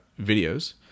videos